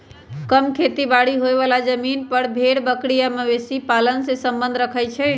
कम खेती बारी होय बला जमिन पर भेड़ बकरी आ मवेशी पालन से सम्बन्ध रखई छइ